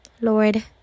Lord